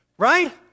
right